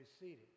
seated